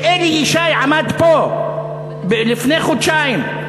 כשאלי ישי עמד פה לפני חודשיים,